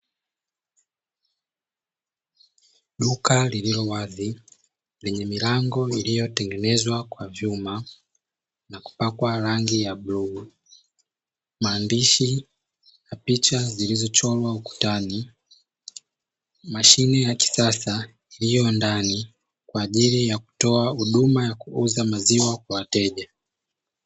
Duka lililo wazi, lenye milango iliyotengenezwa kwa vyuma na kupakwa rangi ya bluu. Maandishi ya picha zilizocholwa ukutani, mashine ya kisasa iliyo ndani kwa ajili ya kutoa huduma ya kuuza maziwa kwa wateja.